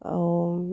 ଆଉ